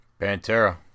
Pantera